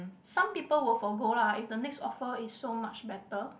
some people will forgo lah if the next offer is so much better